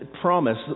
promise